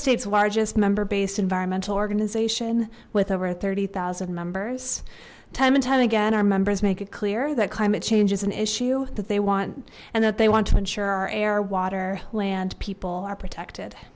state's largest member based environmental organization with over thirty zero members time and time again our members make it clear that climate change is an issue that they want and that they want to ensure our air water land people are protected